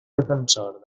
defensor